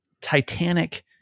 Titanic